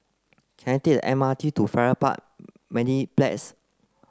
can I take the M R T to Farrer Park Mediplex